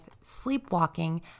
sleepwalking